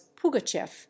Pugachev